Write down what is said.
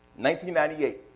ninety ninety eight,